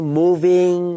moving